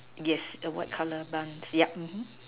yes the white colour plant yup